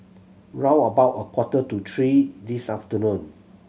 round about a quarter to three this afternoon